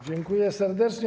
Dziękuję serdecznie.